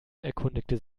erkundigte